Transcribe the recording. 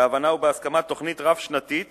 בהבנה ובהסכמה, תוכנית רב-שנתית